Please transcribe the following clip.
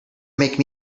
make